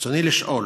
רצוני לשאול: